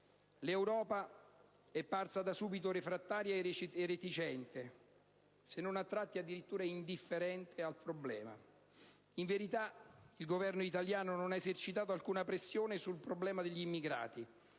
L'Europa è parsa da subito refrattaria e reticente, se non a tratti addirittura indifferente al problema. In verità il Governo italiano non ha esercitato alcuna pressione sul problema degli immigrati,